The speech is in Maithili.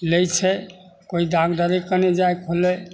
लै छै केओ डागडरे कने जाइके होलै